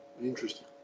Interesting